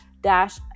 dash